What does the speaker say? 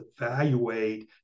evaluate